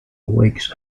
weeks